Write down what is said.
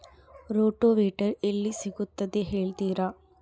Rotavator ಎಲ್ಲಿ ಸಿಗುತ್ತದೆ ಹೇಳ್ತೇರಾ?